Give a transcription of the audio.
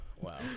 Wow